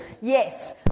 Yes